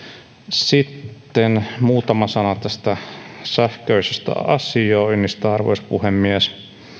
sitten muutama sana tästä sähköisestä asioinnista arvoisa puhemies